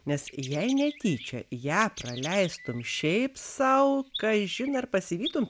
nes jei netyčia ją praleistum šiaip sau kažin ar pasivytum